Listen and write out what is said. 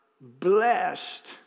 blessed